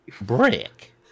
brick